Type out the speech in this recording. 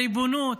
הריבונות,